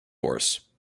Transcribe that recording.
course